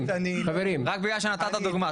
רק בגלל שנתת את הדוגמה,